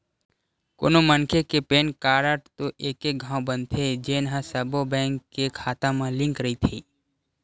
कोनो मनखे के पेन कारड तो एके घांव बनथे जेन ह सब्बो बेंक के खाता म लिंक रहिथे